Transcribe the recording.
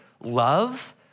love